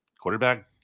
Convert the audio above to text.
quarterback